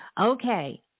Okay